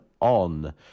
On